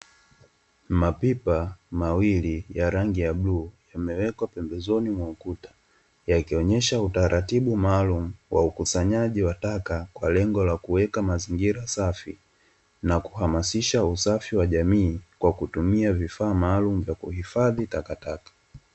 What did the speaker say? Mapipa mawili ya rangi ya bluu, yamewekwa pembezoni mwa ukuta. Yakionyesha utaratibu maalumu wa ukusanyaji wa taka kwa lengo la kuweka mazingira safi na kuhamasisha usafi wa jamii kwa kutumia vifaa maalumu vya kuhifadhi takataka.